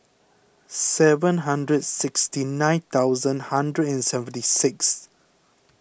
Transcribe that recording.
seven hundred sixty nine thousand hundred and seventy six